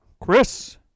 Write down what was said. Chris